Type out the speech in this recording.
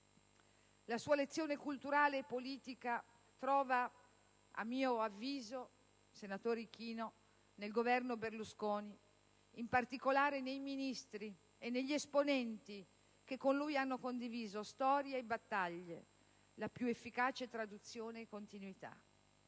La sua lezione culturale e politica trova, a mio avviso - senatore Ichino - nel Governo Berlusconi e, in particolare, nei ministri e negli esponenti che con lui hanno condiviso storia e battaglie la più efficace traduzione e continuità.